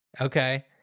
okay